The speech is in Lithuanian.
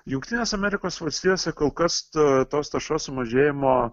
jungtinės amerikos valstijose kol kas to tos taršos sumažėjimo